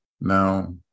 Now